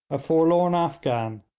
a forlorn afghan,